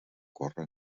córrer